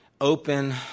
open